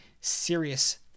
serious